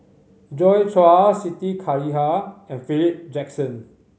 Joi Chua Siti Khalijah and Philip Jackson